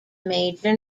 major